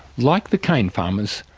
like the cane farmers,